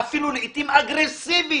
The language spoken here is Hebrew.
אפילו לעתים אגרסיבית.